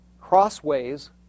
crossways